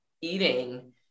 eating